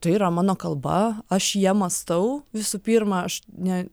tai yra mano kalba aš ja mąstau visų pirma aš ne